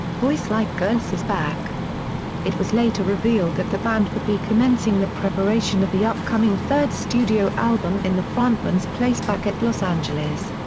boyslikegirlsisback. it was later revealed that the band would be commencing the preparation of the upcoming third studio album in the frontman's place back at los angeles.